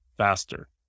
faster